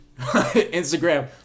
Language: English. Instagram